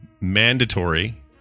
mandatory